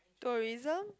tourism